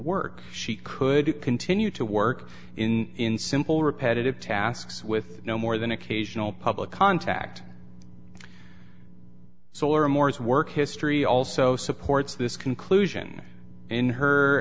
work she could continue to work in in simple repetitive tasks with no more than occasional public contact solar moore's work history also supports this conclusion in her